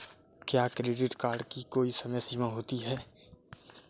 क्या credit card की कोई समय सीमा होती है?